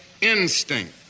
instinct